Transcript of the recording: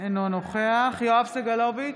אינו נוכח יואב סגלוביץ'